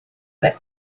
that